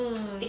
ah